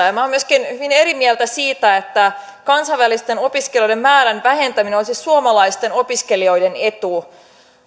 ja minä olen myöskin hyvin eri mieltä siitä että kansainvälisten opiskelijoiden määrän vähentäminen olisi suomalaisten opiskelijoiden etu